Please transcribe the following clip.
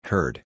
Heard